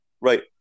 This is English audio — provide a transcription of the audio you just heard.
Right